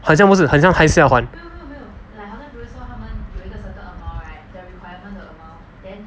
好像不是很像还是要还